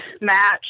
match